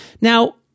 Now